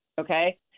Okay